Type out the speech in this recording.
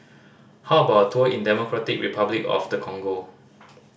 how about a tour in Democratic Republic of the Congo